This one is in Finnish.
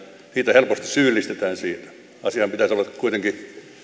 helposti syyllistetään siitä asianhan pitäisi olla kuitenkin